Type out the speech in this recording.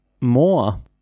more